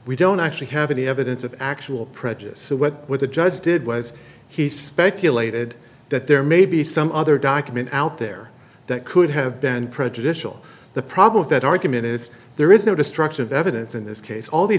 we don't actually have any evidence of actual prejudice so what would the judge did was he speculated that there may be some other document out there that could have been prejudicial the problem that argument is there is no destruction of evidence in this case all the